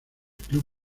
club